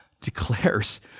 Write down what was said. declares